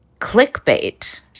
clickbait